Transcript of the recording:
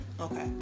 Okay